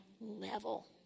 level